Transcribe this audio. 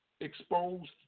exposed